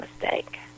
mistake